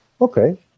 Okay